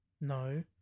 no